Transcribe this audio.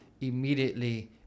immediately